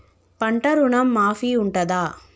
పంట ఋణం మాఫీ ఉంటదా?